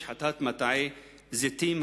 השחתת מטעי זיתים,